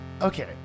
Okay